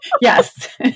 Yes